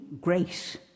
grace